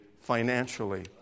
financially